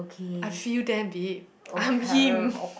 I feel them babe I'm him